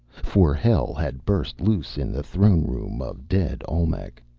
for hell had burst loose in the throne room of dead olmec.